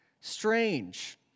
Strange